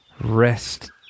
rest